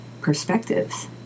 Perspectives